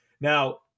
Now